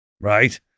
right